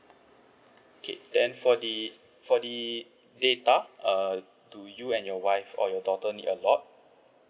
okay then for the for the data err do you and your wife or your daughter need a lot